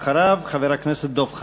אחריו, חבר הכנסת דב חנין.